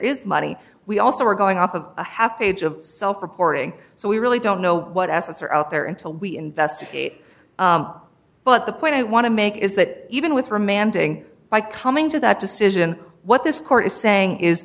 is money we also are going off of a half page of self reporting so we really don't know what assets are out there until we investigate but the point i want to make is that even with remanding by coming to that decision what this court is saying is